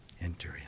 Enter